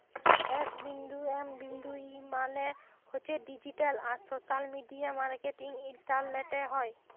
S বিন্দু M বিন্দু E মালে হছে ডিজিট্যাল আর সশ্যাল মিডিয়া মার্কেটিং ইলটারলেটে হ্যয়